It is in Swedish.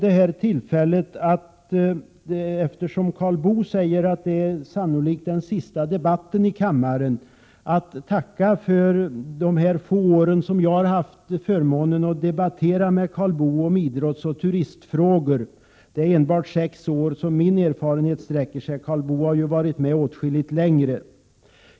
Eftersom Karl Boo säger att detta sannolikt är hans sista debatt i kammaren vill jag ta tillfället att tacka för de få år som jag har haft förmånen att debattera med Karl Boo om idrottsoch turistfrågor. Min erfarenhet sträcker sig bara sex år tillbaka. Karl Boo har varit med åtskilligt längre.